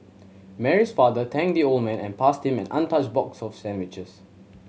Mary's father thanked the old man and passed him an untouched box of sandwiches